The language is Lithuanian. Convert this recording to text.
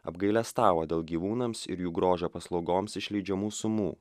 apgailestavo dėl gyvūnams ir jų grožio paslaugoms išleidžiamų sumų